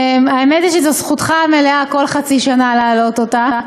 האמת היא שזו זכותך המלאה כל חצי שנה להעלות אותה,